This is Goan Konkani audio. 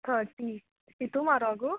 थटी इतू म्हारोगू